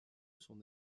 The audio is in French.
son